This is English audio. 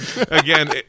Again